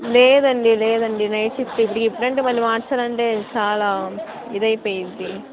లేదండి లేదండి night shift ఇప్పటి ఇప్పుడు అంటే మళ్ళి మార్చాలంటే చాలా ఇదైపోయిద్ది